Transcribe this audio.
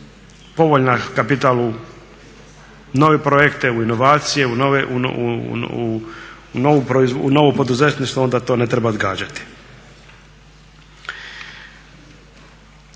povoljni kapital u nove projekte, inovacije, u novu poduzetništvo onda to ne treba odgađati.